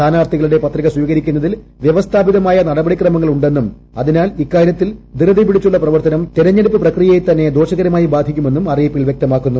സ്ഥാനാർത്ഥികളുടെ പത്രിക സ്വീകരിക്കുന്നതിൽ പ്യവസ്ഥാപിതമായ നടപടിക്രമങ്ങൾ ഉണ്ടെന്നും അതിനാൽ ഇക്കാര്യത്തിൽ ധൃതിപിടിച്ചുള്ള പ്രവർത്തനം തെരഞ്ഞെടുപ്പ് പ്രക്രിയയെ തന്നെ ദോഷകരമായി ബാധിക്കുമെന്നും അറിയിപ്പിൽ വ്യക്തമാക്കുന്നു